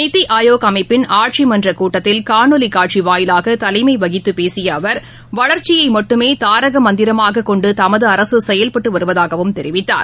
நித்தி ஆயோக் அமைப்பின் ஆட்சி மன்றக் கூட்டத்தில் காணொலி காட்சி வாயிலாக தலைமை வகித்து வளர்ச்சியை மட்டுமே தாரக மந்திரமாகக் கொண்டு தமது அரசு செயல்பட்டு வருவதாகவும் பேசிய அவர் தெரிவித்தார்